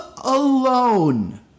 Alone